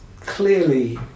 clearly